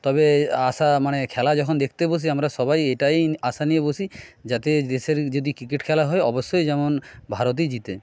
তবে আশা মানে খেলা যখন দেখতে বসি আমরা সবাই এটাই আশা নিয়ে বসি যাতে দেশের যদি ক্রিকেট খেলা হয় অবশ্যই যেন ভারতই জিতে